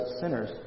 sinners